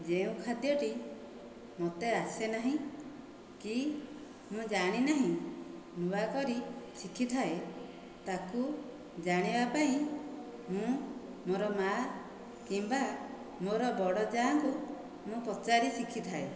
ଯେଉଁ ଖାଦ୍ୟଟି ମୋତେ ଆସେ ନାହିଁ କି ମୁଁ ଜାଣିନାହିଁ ନୂଆକରି ଶିଖିଥାଏ ତାକୁ ଜାଣିବା ପାଇଁ ମୁଁ ମୋର ମା' କିମ୍ବା ମୋର ବଡ଼ ଯାଆଙ୍କୁ ମୁଁ ପଚାରି ଶିଖିଥାଏ